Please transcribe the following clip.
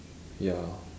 ya